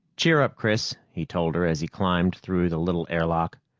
cheer up, chris, he told her as he climbed through the little airlock.